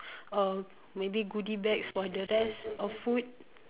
or maybe goodie bags for the rest or food